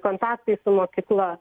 kontaktai su mokykla